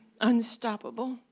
unstoppable